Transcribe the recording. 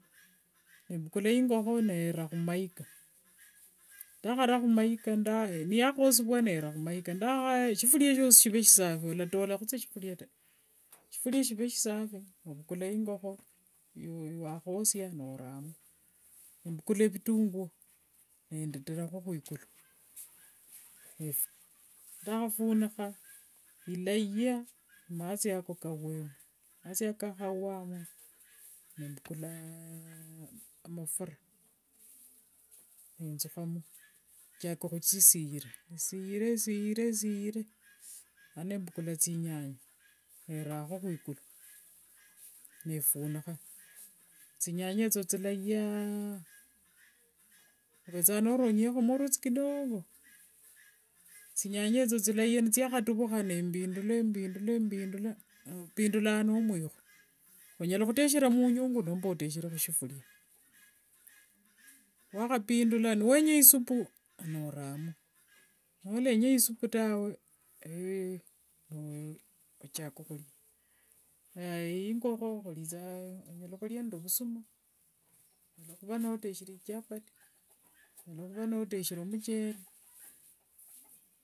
Embukula ingokho nera khumayika ndakhara khumayika shifuria esho shive shisafi olatolakho sa sifuria taa, shifuria shive shisafi ovukula ingokho yaukhosia norakho, novukula vitunguo nendeterakho kwikulu, nefunikha ndakhafunikha ilaya mathi ako kawemo, mathi ako kakhawamo nembukula amafura, nenzukhamo, ninjaka khuchishera, sirire sirire nemala mbukula thinyanya nerakho khwikulu nefunikha, thinyanya etho thilayia ovethanga noronyiekhomo ruthi kidogoo, thinyanya etho thilayia nithiakhatuvukha, mbindule mbindule opindulanga nemwikho, onyala khuteshera munyungu nomba otekhere mushifuria, niwakhapindula niwenya isupu noramo, nolenya isupu tawe nochaka khuria. Naye ingokho khuchakanga khuria nde vusuma, onyala khuva noteshere chapati onyala khuva noteshere chapati.